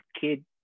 kid